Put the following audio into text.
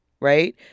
Right